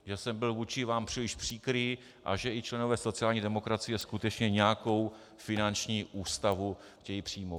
Že jsem byl vůči vám příliš příkrý a že i členové sociální demokracie skutečně nějakou finanční ústavu chtějí přijmout.